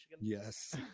yes